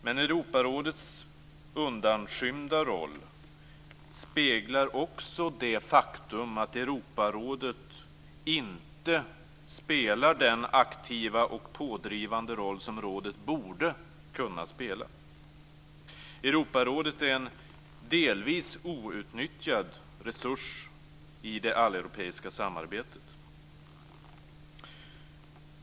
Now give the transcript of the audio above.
Men Europarådets undanskymda roll speglar också det faktum att Europarådet inte spelar den aktiva och pådrivande roll som rådet borde kunna spela. Europarådet är en delvis outnyttjad resurs i det alleuropeiska samarbetet.